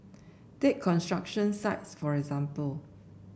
take construction sites for example